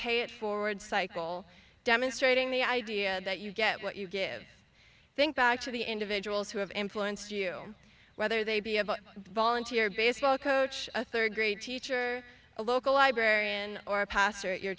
pay it forward cycle demonstrating the idea that you get what you give think back to the individuals who have influenced you whether they be a volunteer baseball coach a third grade teacher a local librarian or a pastor at your